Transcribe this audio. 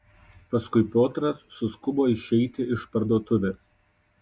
paskui piotras suskubo išeiti iš parduotuvės